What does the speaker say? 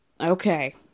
Okay